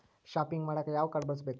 Shopping ಮಾಡಾಕ ಯಾವ card ಬಳಸಬೇಕು?